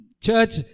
Church